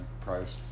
price